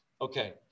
Okay